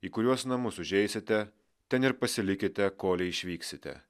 į kuriuos namus užeisite ten ir pasilikite kolei išvyksite